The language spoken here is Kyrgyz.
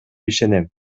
ишенем